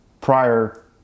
prior